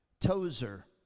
Tozer